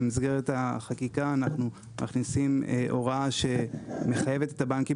במסגרת החקיקה אנחנו מכניסים הוראה שמחייבת את הבנקים